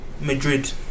Madrid